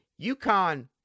UConn